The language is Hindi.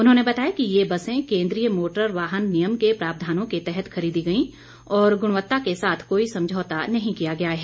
उन्होंने बताया कि ये बसें केंद्रीय मोटर वाहन नियम के प्रावधानों के तहत खरीदी गई और गुणवत्ता के साथ कोई समझौता नहीं किया गया है